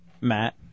Matt